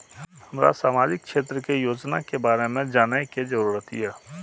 हमरा सामाजिक क्षेत्र के योजना के बारे में जानय के जरुरत ये?